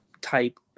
type